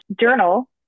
journal